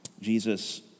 Jesus